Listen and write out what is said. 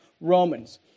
Romans